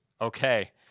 Okay